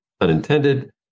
unintended